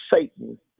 Satan